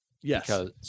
Yes